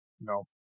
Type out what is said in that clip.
No